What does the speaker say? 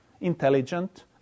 intelligent